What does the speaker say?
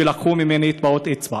ולקחו ממני טביעות אצבע.